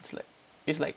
it's like it's like